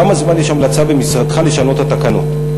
כמה זמן יש המלצה במשרדך לשנות את התקנות?